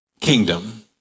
kingdom